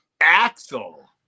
Axel